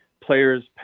players